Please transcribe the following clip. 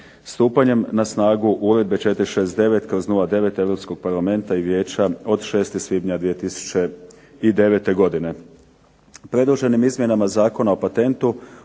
Stupanjem na snagu uredbe 469/09 EU parlamenta i vijeća o 6. svibnja 2009. godine. Predloženim izmjenama Zakona o patentu